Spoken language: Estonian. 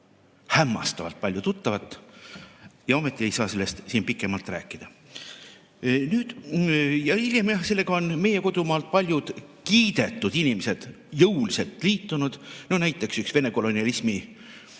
Hämmastavalt palju tuttavat, ja ometi ei saa sellest siin pikemalt rääkida. Jah, hiljem on sellega meie kodumaal paljud kiidetud inimesed jõuliselt liitunud, näiteks üks Vene koloniaalekspansiooni